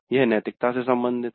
यह नैतिकता से संबंधित है